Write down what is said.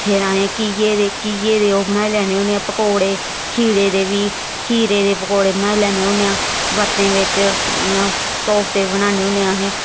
फिर असें घिये दे घिये दे ओह् बनाई लैन्ने होन्ने आं पकौड़े खीरे दे बी खीरे दे पकौड़े बनाई लैन्ने होन्ने आं बरतें बिच्च इ'यां कौफते बनाने होन्ने असें